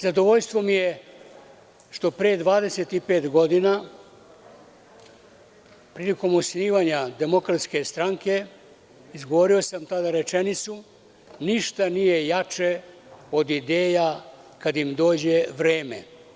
Zadovoljstvo mi je što pre 25 godina, prilikom osnivanja DS, izgovorio sam tada rečenicu – ništa nije jače od ideja kada im dođe vreme.